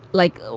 like,